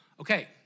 Okay